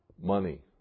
money